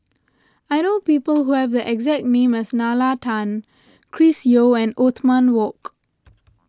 I know people who have the exact name as Nalla Tan Chris Yeo and Othman Wok